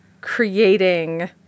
creating